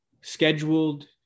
scheduled